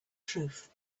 truth